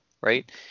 right